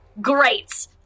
Great